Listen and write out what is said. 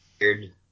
weird